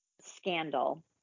scandal